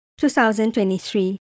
2023